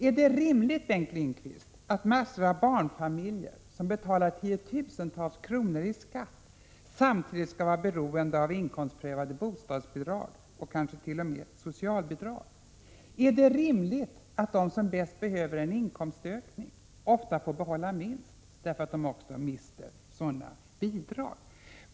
Är det rimligt, Bengt Lindqvist, att många barnfamiljer som betalar tiotusentals kronor i skatt samtidigt skall vara beroende av inkomstprövade bostadsbidrag och kanske t.o.m. socialbidrag? Är det rimligt att de som bäst behöver en inkomstökning ofta får behålla minst, därför att de mister sina bidrag?